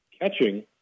catching